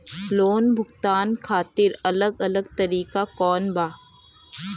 Loan भुगतान खातिर अलग अलग तरीका कौन बा?